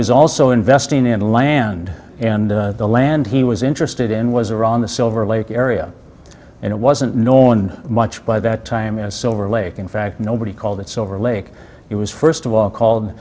was also investing in the land and the land he was interested in was around the silver lake area and it wasn't known much by that time as silver lake in fact nobody called it silver lake it was first of all called